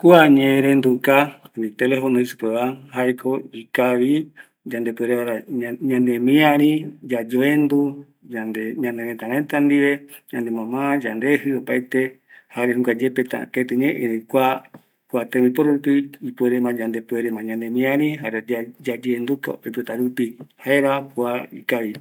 Kua ñeerenduka, telefono jei supeva, jaeko ikavi yande puere vaera ñanemiari, yayoendu, ñanerëtärä reta ndive, ñane mama, yepeta keti ñai, erei kua tembiporu ndive yandepuerema ñanemiari, yayenduka oipotarupigui, jaera kua tembiporu